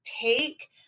take